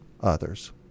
others